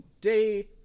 Day